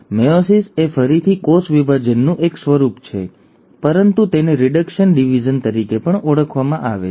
meiosis એ ફરીથી કોષ વિભાજનનું એક સ્વરૂપ છે પરંતુ તેને રિડક્શન ડિવિઝન તરીકે પણ ઓળખવામાં આવે છે